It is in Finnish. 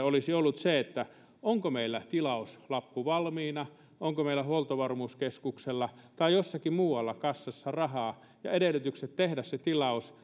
olisi ollut se onko meillä tilauslappu valmiina onko meillä huoltovarmuuskeskuksella tai jossakin muualla kassassa rahaa ja edellytykset tehdä se tilaus